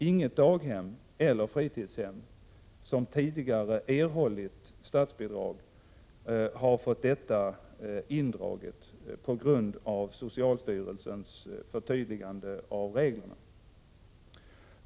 Inget daghem eller fritidshem som tidigare erhållit statsbidrag har fått detta indraget på grund av socialstyrelsens förtydligande av reglerna.